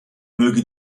möge